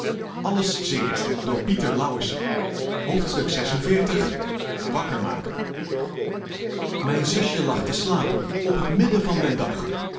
wakker maken miju zusje lag te slapen op t midden van den dag